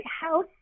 house